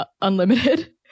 Unlimited